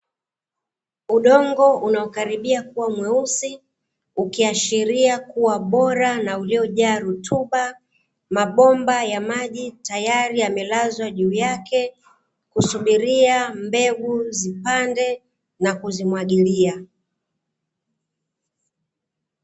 Udongo unaokaribia kuwa mweusi ukiashiria kuwa bora na uliojaa rutuba. Mabomba ya maji tayari yamelazwa juu yake, kusubiria mbegu zipande na kuzimwagilia.